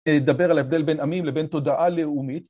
דבר על ההבדל בין עמים לבין תודעה לאומית